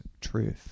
truth